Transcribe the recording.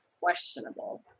questionable